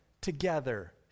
together